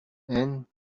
and